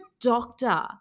doctor